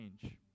change